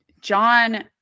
John